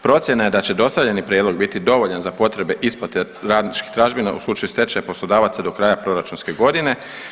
Procjena je da će dostavljeni prijedlog biti dovoljan za potrebe isplate radničkih tražbina u slučaju stečaja poslodavaca do kraja proračunske godine.